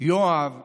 יואב גלנט,